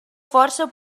força